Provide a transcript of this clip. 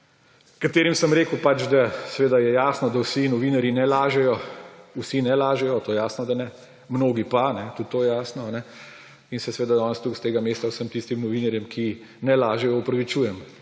katerim sem rekel pač, da seveda je jasno, da vsi novinarji ne lažejo, vsi ne lažejo, to jasno, da ne, mnogi pa, tudi to je jasno, in se seveda danes tu s tega mesta vsem tistim novinarjem, ki ne lažejo, opravičujem.